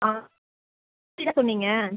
சொன்னீங்க